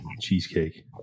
cheesecake